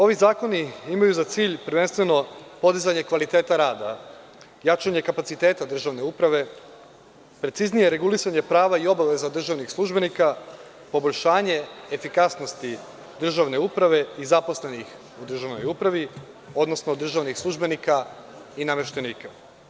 Ovi zakoni imaju za cilj prvenstveno podizanje kvaliteta rada, jačanje kapaciteta državne uprave, preciznije regulisanje prava i obaveza državnih službenika, poboljšanje efikasnosti državne uprave i zaposlenih u državnoj upravi, odnosno državnih službenika i nameštenika.